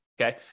Okay